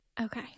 Okay